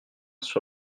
sur